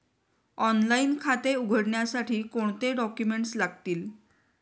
Online खाते उघडण्यासाठी कोणते डॉक्युमेंट्स लागतील?